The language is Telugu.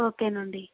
ఓకనండి